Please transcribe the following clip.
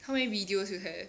how many videos you have